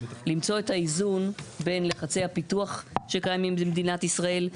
למצוא את האיזון בין לחצי הפיתוח שקיימים במדינת ישראל,